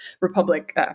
Republic